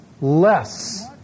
less